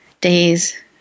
days